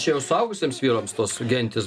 čia jau suaugusiems vyrams tos gentys